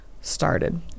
started